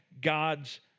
God's